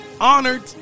honored